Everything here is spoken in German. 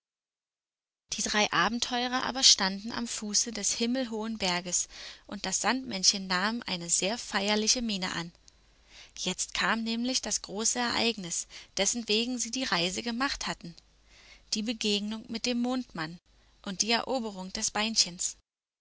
die drei abenteurer aber standen am fuße des himmelhohen berges und das sandmännchen nahm eine sehr feierliche miene an jetzt kam nämlich das große ereignis dessentwegen sie die reise gemacht hatten die begegnung mit dem mondmann und die eroberung des beinchens